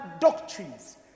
doctrines